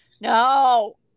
No